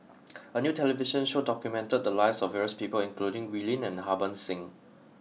a new television show documented the lives of various people including Wee Lin and Harbans Singh